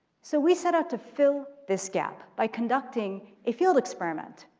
so we set out to fill this gap by conducting a field experiment,